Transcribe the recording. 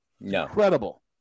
Incredible